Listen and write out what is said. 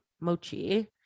mochi